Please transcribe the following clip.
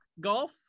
golf